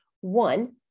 One